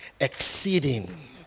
exceeding